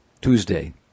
Tuesday